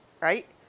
right